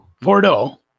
Bordeaux